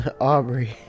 Aubrey